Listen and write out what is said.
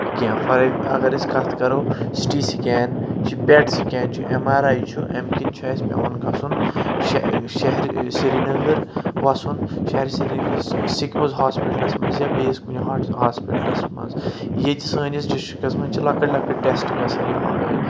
کینٛہہ فار ایگ اَگر أسۍ کتھ کرو سِٹی سِکین یہِ پیٹ سکین چھُ ایم آر آی چھُ امہِ کِنۍ چھُ اَسہِ پؠوان گژھُن شہرِ شہرِ سری نگر وَسُن شہری سری نگرکِس سِکمٕز ہوسپِٹلس منٛز یا بیٚیِس کُنہِ ہوسپِٹلس منٛز ییٚتہِ سٲنِس ڈسٹرکس منٛز چھِ لۄکٔٹۍ لۄکٔٹۍ ٹیسٹہٕ گژھان یا